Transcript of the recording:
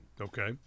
Okay